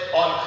on